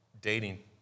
Dating